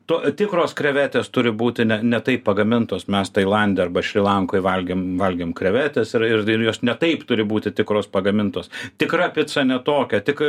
to tikros krevetės turi būti ne ne taip pagamintos mes tailande arba šri lankoj valgėm valgėm krevetes ir ir ir jos ne taip turi būti tikros pagamintos tikra pica ne tokia tik